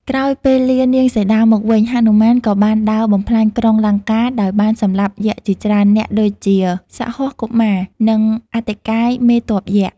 ក្រោយពេលលានាងសីតាមកវិញ ហនុមានក៏បានដើរបំផ្លាញក្រុងលង្កា ដោយបានសម្លាប់យក្សជាច្រើននាក់ដូចជា សហស្សកុមារ និងអតិកាយមេទ័ពយក្ស។